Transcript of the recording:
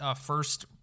first